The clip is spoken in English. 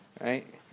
right